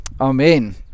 amen